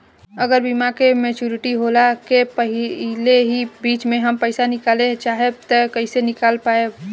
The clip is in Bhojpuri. अगर बीमा के मेचूरिटि होला के पहिले ही बीच मे हम पईसा निकाले चाहेम त कइसे निकाल पायेम?